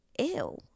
Ew